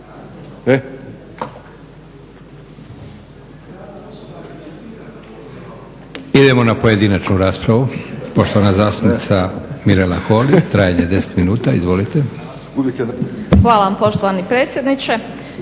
Idemo na pojedinačnu raspravu. Poštovana zastupnica Mirela Holy. Trajanje 10 minuta, izvolite. **Holy, Mirela (ORaH)** Hvala vam poštovani predsjedniče.